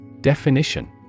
Definition